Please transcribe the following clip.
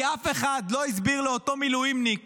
כי אף אחד לא הסביר לאותו מילואימניק